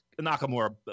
Nakamura